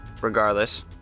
regardless